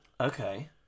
Okay